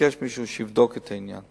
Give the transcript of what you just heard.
לבקש שמישהו יבדוק את העניין.